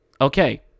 okay